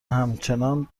همچنان